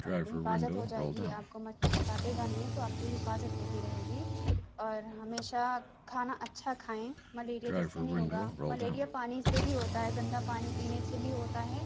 حفاظت ہو جائے گی آپ کو مچھر کاٹے گا نہیں تو آپ کی حفاظت ہوتی رہے گی اور ہمیشہ کھانا اچھا کھائیں ملیریا جس سے نہیں ہوگا ملیریا پانی سے بھی ہوتا ہے گندہ پانی پینے سے بھی ہوتا ہے